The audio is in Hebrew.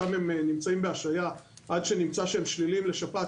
שם הם נמצאים בהשהיה עד שנמצא שהם שליליים לשפעת